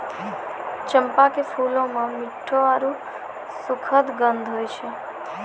चंपा के फूलो मे मिठ्ठो आरु सुखद गंध होय छै